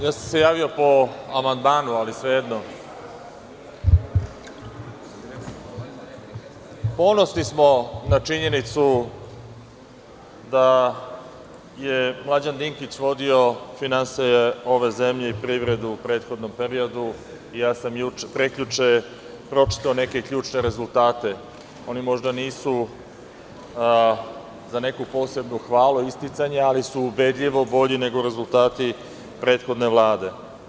Ja sam se javio po amandmanu, ali sve jedno, ponosni smo na činjenicu da je Mlađan Dinkić vodio finansije ove zemlje i privredu u prethodnom periodu i ja sam prekjuče pročitao neke ključne rezultate, oni možda nisu za neku posebnu hvalu isticanja, ali su ubedljivo bolji nego rezultati prethodne Vlade.